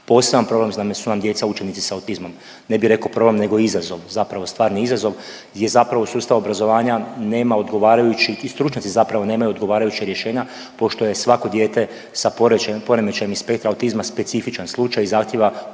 Poseban problem su nam djeca učenici sa autizmom, ne bi rekao problem nego izazov zapravo stvarni izazov gdje sustav obrazovanja nema odgovarajući i stručnjaci nemaju odgovarajuća rješenja pošto je svako dijete sa poremećajem iz spektra autizma specifičan slučaj i zahtijeva